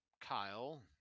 Kyle